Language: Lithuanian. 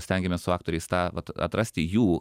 stengiamės su aktoriais tą vat atrasti jų